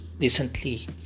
recently